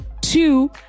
two